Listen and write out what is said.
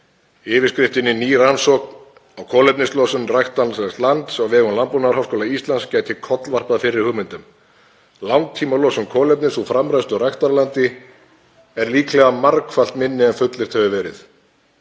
yfirskriftinni „Ný rannsókn á kolefnislosun ræktanlegs lands á vegum Landbúnaðarháskóla Íslands gæti kollvarpað fyrri hugmyndum: Langtímalosun kolefnis úr framræstu ræktarlandi er líklega margfalt minni en fullyrt hefur verið.“